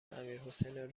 امیرحسین